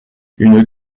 une